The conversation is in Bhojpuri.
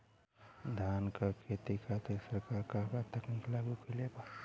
धान क खेती खातिर सरकार का का तकनीक लागू कईले बा?